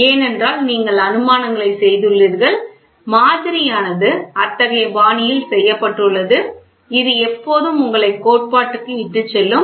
ஏனென்றால் நீங்கள் அனுமானங்களைச் செய்துள்ளீர்கள் மாதிரியானது அத்தகைய பாணியில் செய்யப்பட்டுள்ளது இது எப்போதும் உங்களை கோட்பாட்டுக்கு இட்டுச் செல்லும்